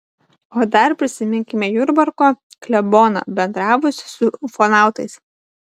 o dar prisiminkime jurbarko kleboną bendravusį su ufonautais